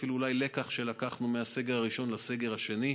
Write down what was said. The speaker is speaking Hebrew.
אפילו לקח שלקחנו מהסגר הראשון לסגר השני.